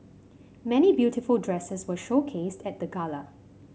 many beautiful dresses were showcased at the gala